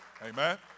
Amen